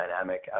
dynamic